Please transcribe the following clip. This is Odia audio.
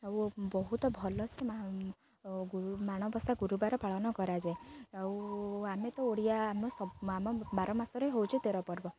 ଆଉ ବହୁତ ଭଲସେ ମା ଗୁରୁ ମାଣବସା ଗୁରୁବାର ପାଳନ କରାଯାଏ ଆଉ ଆମେ ତ ଓଡ଼ିଆ ଆମ ଆମ ବାର ମାସରେ ହେଉଛି ତେର ପର୍ବ